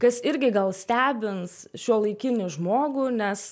kas irgi gal stebins šiuolaikinį žmogų nes